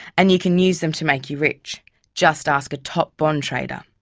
and you can use them to make you rich just ask a top bond trader.